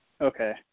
Okay